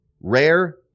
Rare